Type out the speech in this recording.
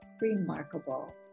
remarkable